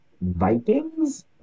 Vikings